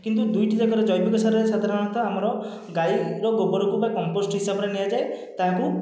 କିନ୍ତୁ ଦୁଇଟି ଯାକରେ ଜୈବିକ ସାରରେ ସାଧାରଣତଃ ଆମର ଗାଈର ଗୋବରକୁ ବା କମ୍ପୋଷ୍ଟ ହିସାବରେ ନିଆଯାଏ ତାହାକୁ